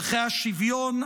ערכי השוויון,